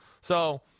So-